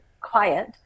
quiet